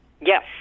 Yes